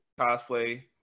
cosplay